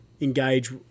engage